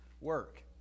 work